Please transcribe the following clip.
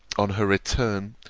on her return,